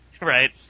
Right